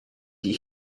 die